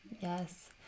Yes